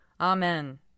Amen